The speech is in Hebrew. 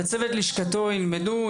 צוות לשכתו ילמדו,